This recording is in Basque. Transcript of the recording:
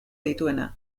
dituena